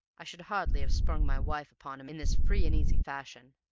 i should hardly have sprung my wife upon him in this free-and-easy fashion.